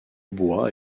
bois